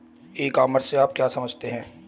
ई commerce से आप क्या समझते हैं?